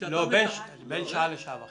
לא, בין שעה לשעה וחצי